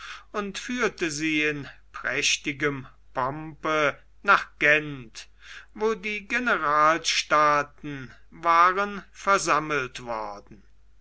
und führte sie in prächtigem pompe nach gent wo die generalstaaten waren versammelt worden